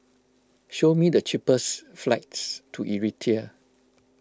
show me the cheapest flights to Eritrea